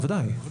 בוודאי.